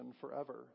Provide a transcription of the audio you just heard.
forever